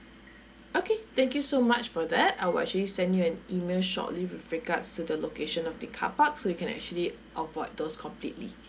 okay thank you so much for that I will actually send you an email shortly with regards to the location of the car park so you can actually avoid those completely